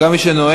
גם מי שנואם.